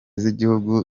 z’igihugu